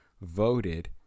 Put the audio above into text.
voted